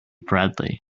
bradley